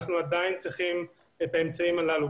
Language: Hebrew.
אנחנו עדיין צריכים את האמצעים הללו,